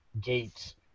gates